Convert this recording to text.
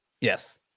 Yes